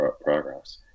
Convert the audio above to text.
progress